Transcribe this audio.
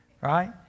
Right